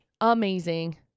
amazing